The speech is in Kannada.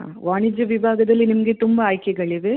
ಹಾಂ ವಾಣಿಜ್ಯ ವಿಭಾಗದಲ್ಲಿ ನಿಮಗೆ ತುಂಬ ಆಯ್ಕೆಗಳಿವೆ